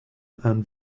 and